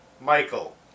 Michael